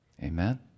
Amen